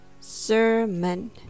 sermon